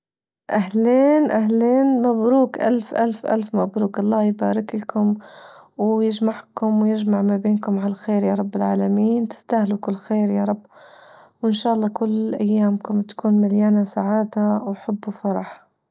أهلين-أهلين مبروك ألف-ألف-ألف مبروك الله يبارك لكم ويجمعكم ويجمع ما بينكم على الخير يا رب العالمين تستاهلوا كل خير يا رب وأن شا الله كل أيامكم تكون مليانة سعادة وحب وفرح.